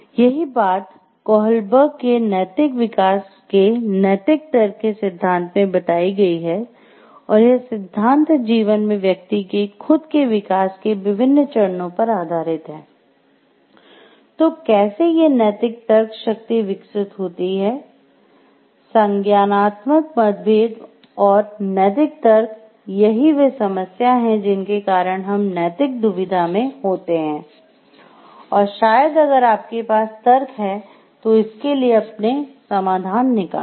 यही बात कोहलबर्ग और नैतिक तर्क यही वे समस्या है जिनके कारण हम नैतिक दुविधा में होते हैं और शायद अगर आपके पास तर्क हैं तो इसके लिए अपने समाधान निकालें